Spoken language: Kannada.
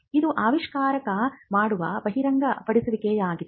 ಇದು ಆವಿಷ್ಕಾರಕ ಮಾಡುವ ಬಹಿರಂಗಪಡಿಸುವಿಕೆಯಾಗಿದೆ